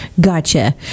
Gotcha